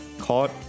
caught